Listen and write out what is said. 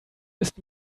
ist